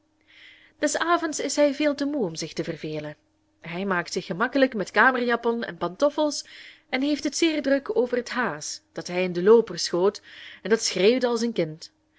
des avonds is hij veel te moe om zich te vervelen hij maakt zich gemakkelijk met kamerjapon en pantoffels en heeft het zeer druk over het haas dat hij in den looper schoot en dat schreeuwde als een kind